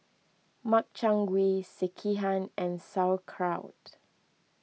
Makchang Gui Sekihan and Sauerkraut